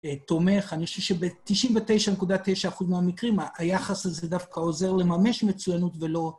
תומך, אני חושב שב-99.9 אחוז מהמקרים, היחס הזה דווקא עוזר לממש מצוינות ולא...